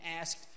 asked